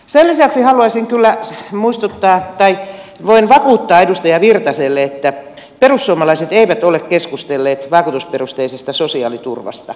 sen lisäksi haluaisin kyllä se muistuttaa tai voin vakuuttaa edustaja virtaselle että perussuomalaiset eivät ole keskustelleet vakuutusperusteisesta sosiaaliturvasta